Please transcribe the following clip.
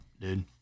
dude